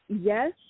Yes